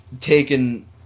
taken